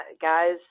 Guys